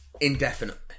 indefinitely